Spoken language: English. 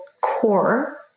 core